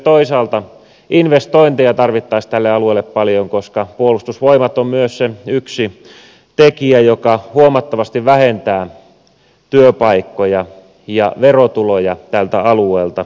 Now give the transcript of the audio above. toisaalta myös investointeja tarvittaisiin tälle alueelle paljon koska puolustusvoimat on myös se yksi tekijä joka huomattavasti vähentää työpaikkoja ja verotuloja tältä alueelta